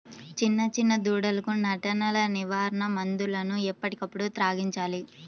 చిన్న చిన్న దూడలకు నట్టల నివారణ మందులను ఎప్పటికప్పుడు త్రాగించాలి